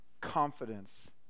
confidence